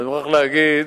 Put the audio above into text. אני מוכרח להגיד